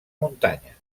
muntanya